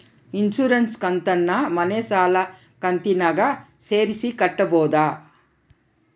Insurance ಕಂತನ್ನ ಮನೆ ಸಾಲದ ಕಂತಿನಾಗ ಸೇರಿಸಿ ಕಟ್ಟಬೋದ?